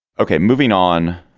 ok moving on,